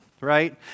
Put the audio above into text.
right